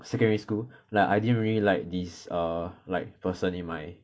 secondary school like I didn't really like this err like person in my